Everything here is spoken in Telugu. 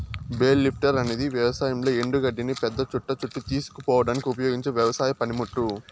బేల్ లిఫ్టర్ అనేది వ్యవసాయంలో ఎండు గడ్డిని పెద్ద చుట్ట చుట్టి తీసుకుపోవడానికి ఉపయోగించే వ్యవసాయ పనిముట్టు